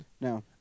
No